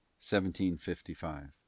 1755